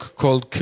called